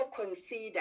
consider